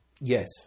Yes